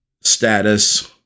status